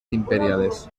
imperiales